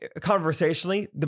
conversationally